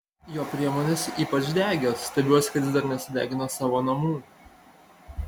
jo priemonės ypač degios stebiuosi kad jis dar nesudegino savo namų